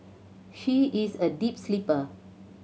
she is a deep sleeper